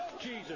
Jesus